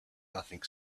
nothing